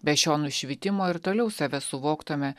be šio nušvitimo ir toliau save suvoktume